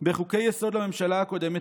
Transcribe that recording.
בחוקי-יסוד של הממשלה הקודמת,